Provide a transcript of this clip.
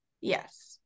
Yes